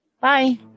Bye